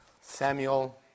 Samuel